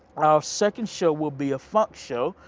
our second show will be a funk show,